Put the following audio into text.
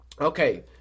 Okay